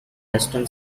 western